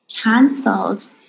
Cancelled